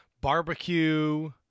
barbecue